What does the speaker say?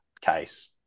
case